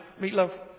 meatloaf